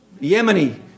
Yemeni